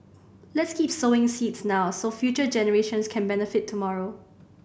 let's keep sowing seeds now so future generations can benefit tomorrow